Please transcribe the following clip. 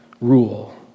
rule